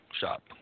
Shop